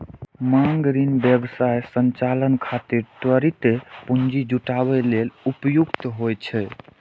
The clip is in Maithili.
मांग ऋण व्यवसाय संचालन खातिर त्वरित पूंजी जुटाबै लेल उपयुक्त होइ छै